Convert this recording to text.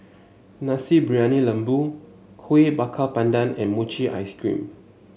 Nasi Briyani Lembu Kueh Bakar Pandan and Mochi Ice Cream